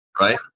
right